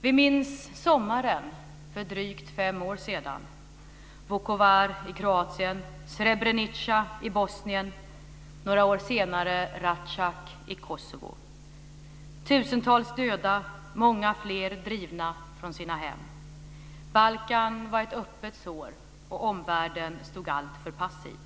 Vi minns sommaren för drygt fem år sedan - Vukovar i Kroatien, Srebrenica i Bosnien och, några år senare, Racak i Kosovo. Tusentals döda, många fler drivna från sina hem. Balkan var ett öppet sår, och omvärlden stod alltför passiv.